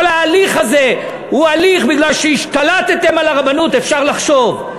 כל ההליך הזה הוא הליך בגלל שהשתלטתם על הרבנות אפשר לחשוב.